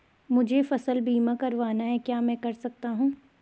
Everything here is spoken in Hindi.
मुझे फसल बीमा करवाना है क्या मैं कर सकता हूँ?